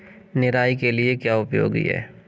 निराई के लिए क्या उपयोगी है?